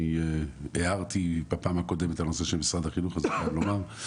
אני הערתי בפעם הקודמת את הנושא של משרד החינוך אז צריך לומר,